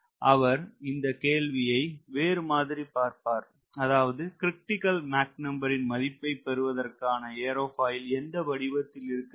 அவர் இந்த கேள்வியை வேறு மாதிரி பார்ப்பார் அதாவது க்ரிட்டிக்கல் மாக் நம்பர் ன் மதிப்பை பெறுவதற்கான ஏரோபாயில் எந்த வடிவத்தில் இருக்க வேண்டும்